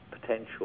potential